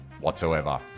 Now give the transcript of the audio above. whatsoever